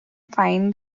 find